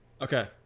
Okay